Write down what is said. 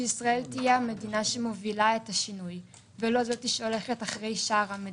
שישראל תהיה המדינה שמובילה את השינוי ולא זאת שהולכת אחרי שאר המדינות.